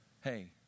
hey